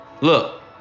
Look